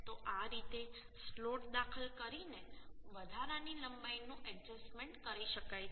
તો આ રીતે સ્લોટ દાખલ કરીને વધારાની લંબાઈનું એડજસ્ટમેન્ટ કરી શકાય છે